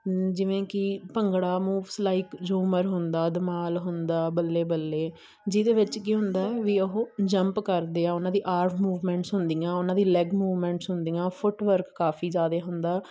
ਜਿਵੇਂ ਕਿ Bhangra moves like Jhumar ਹੁੰਦਾ ਧਮਾਲ ਹੁੰਦਾ ਬੱਲੇ ਬੱਲੇ ਜਿਹਦੇ ਵਿੱਚ ਕੀ ਹੁੰਦਾ ਵੀ ਉਹ ਜੰਪ ਕਰਦੇ ਆ ਉਹਨਾਂ ਦੀ ਆਰਮ ਮੂਵਮੈਂਟਸ ਹੁੰਦੀਆਂ ਉਹਨਾਂ ਦੀ ਲੈਗ ਮੂਵਮੈਂਟਸ ਹੁੰਦੀਆਂ ਫੁੱਟਵਰਕ ਕਾਫੀ ਜ਼ਿਆਦਾ ਹੁੰਦਾ